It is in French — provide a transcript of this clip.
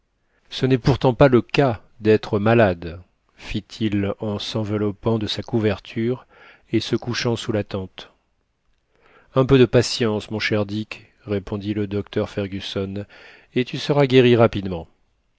ce n'est pourtant pas le cas d'être malade fit-il en s'enveloppant de sa couverture et se couchant sous la tente un peu de patience mon cher dick répondit le docteur fergusson et tu seras guéri rapidement